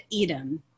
Edom